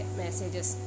messages